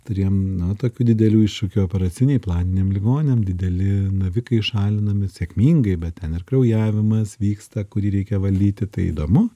turėjom na tokių didelių iššūkių operacinėj planiniam ligoniam dideli navikai šalinami sėkmingai bet ten ir kraujavimas vyksta kurį reikia valdyti tai įdomu